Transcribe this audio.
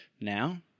Now